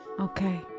Okay